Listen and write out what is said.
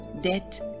Debt